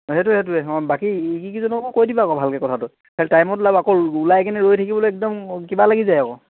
অঁ সেইটো সেইটোৱে অঁ বাকী এইকিজনকো কৈ দিবা আকৌ ভালকৈ কথাটো খালি টাইমত ওলাবা আকৌ ওলাই কেনে ৰৈ থাকিবলৈ একদম কিবা লাগি যায় আকৌ